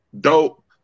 dope